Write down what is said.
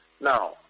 Now